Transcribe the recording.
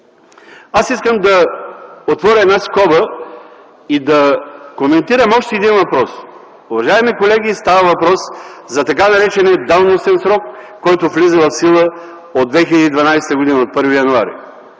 Аз искам да отворя една скоба и да коментирам още един въпрос. Уважаеми колеги, става въпрос за така наречения давностен срок, който влиза в сила от 1 януари